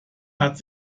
hat